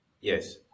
Yes